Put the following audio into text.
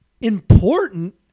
Important